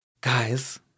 Guys